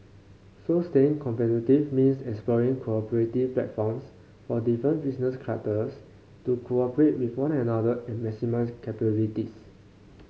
so staying competitive means exploring cooperative platforms for different business clusters to cooperate with one another and maximise capabilities